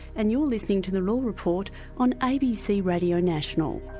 and you're listening to the law report on abc radio national.